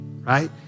right